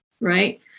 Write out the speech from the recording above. right